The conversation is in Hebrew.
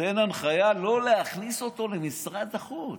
נותן הנחיה לא להכניס אותו למשרד החוץ.